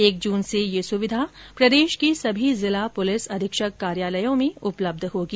एक जून से यह सुविधा प्रदेश के सभी जिला पुलिस अधीक्षक कार्यालयों में उपलब्ध होगी